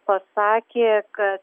pasakė kad